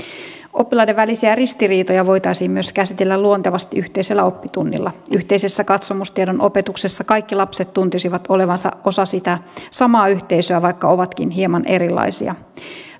oppilaiden välisiä ristiriitoja voitaisiin myös käsitellä luontevasti yhteisellä oppitunnilla yhteisessä katsomustiedon opetuksessa kaikki lapset tuntisivat olevansa osa sitä samaa yhteisöä vaikka ovatkin hieman erilaisia